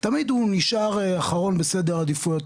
תמיד הוא נשאר אחרון בסדר עדיפויות,